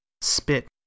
spit